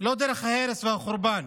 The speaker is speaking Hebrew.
לא דרך ההרס והחורבן.